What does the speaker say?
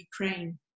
Ukraine